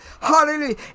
Hallelujah